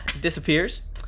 disappears